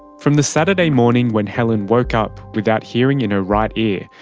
from the saturday morning when helen woke up without hearing in her right ear,